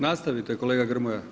Nastavite kolega Grmoja.